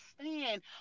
stand